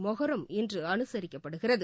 மொஹெரம் இன்று அனுசரிக்கப்படுகிறது